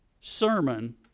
sermon